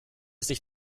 sich